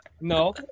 no